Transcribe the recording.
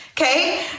okay